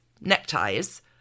neckties